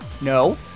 No